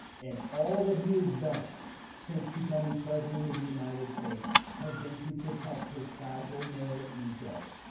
and all that he has done since becoming president of the united states has been to protect his fragile male ego.